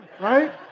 right